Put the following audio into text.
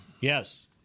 Yes